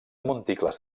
monticles